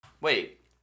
Wait